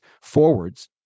forwards